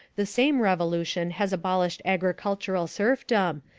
the same revolution has abolished agricultural serfdom,